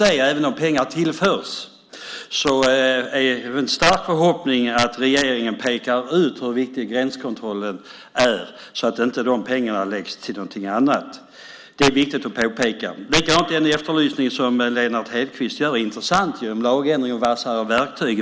Men även om pengar tillförs är det en stark förhoppning att regeringen ska peka ut hur viktig gränskontrollen är så att pengarna inte läggs till någonting annat. Det är viktigt att påpeka. Den efterlysning som Lennart Hedquist gör är intressant, om lagändring och vassare verktyg.